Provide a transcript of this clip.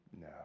no